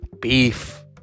beef